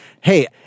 hey